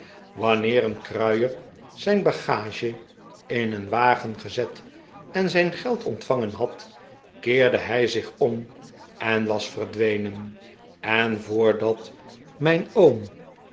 wanneer een kruier zijn bagage in een wagen gezet en zijn geld ontvangen had keerde hij zich om en was verdwenen en voordat mijn oom